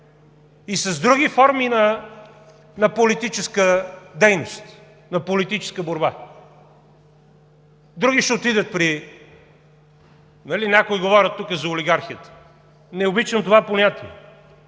и с други форми на политическа дейност, на политическа борба. Други ще отидат при… Някои говорят тук за олигархията. Не обичам това понятие.